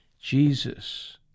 Jesus